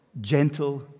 gentle